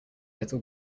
little